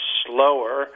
slower